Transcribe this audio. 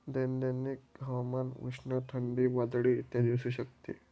दैनंदिन हवामान उष्ण, थंडी, वादळी इत्यादी असू शकते